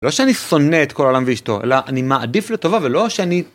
לא שאני שונא את כל העולם ואישתו, אלא אני מעדיף לטובה ולא שאני...